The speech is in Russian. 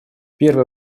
первый